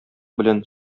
белән